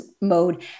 mode